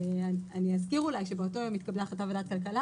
אני אזכיר אולי שבאותו יום התקבלה החלטה בוועדת הכלכלה